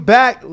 back